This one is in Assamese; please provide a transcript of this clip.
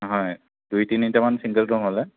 হয় দুই তিনিটামান চিংগল ৰুম হ'লে